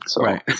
Right